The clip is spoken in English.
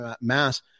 mass